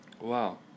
Wow